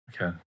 okay